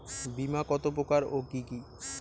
বীমা কত প্রকার ও কি কি?